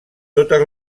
totes